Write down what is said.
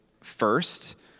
first